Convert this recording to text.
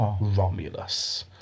Romulus